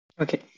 Okay